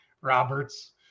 Roberts